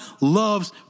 loves